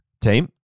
team